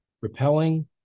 repelling